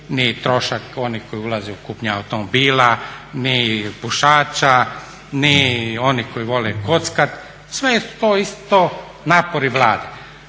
ni trošak onih koji ulaze u kupnju automobila, ni pušača, ni oni koji vole kockati, sve su to isto napori Vlade,